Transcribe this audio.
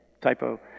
typo